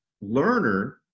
learner